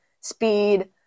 speed